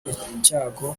icyago